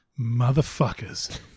Motherfuckers